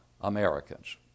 Americans